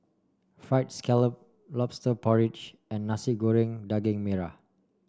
fried scallop lobster porridge and Nasi Goreng Daging Merah